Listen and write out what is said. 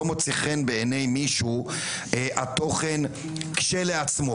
מוצא חן בעיניי מישהו התוכן כשלעצמו.